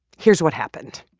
here's what happened